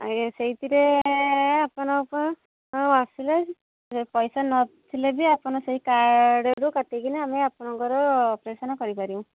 ଆଜ୍ଞା ସେଇଥିରେ ଆପଣଙ୍କ ଆସିଲେ ପଇସା ନଥିଲେ ବି ଆପଣ ସେଇ କାର୍ଡ଼ରୁ କାଟିକିନା ଆମେ ଆପଣଙ୍କର ଅପରେସନ୍ କରିପାରିବୁ